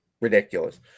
ridiculous